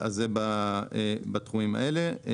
זה בתחומים האלה.